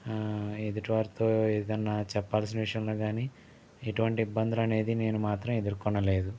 ఎదుటివారితో ఏదన్నా చెప్పాల్సిన విషయంలో గాని ఎటువంటి ఇబ్బందులనేది నేను మాత్రం ఎదుర్కొనలేదు